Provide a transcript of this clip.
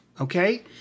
Okay